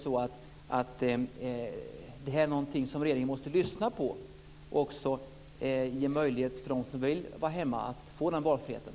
Måste inte regeringen lyssna på detta och ge dem som vill vara hemma den valfriheten?